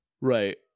Right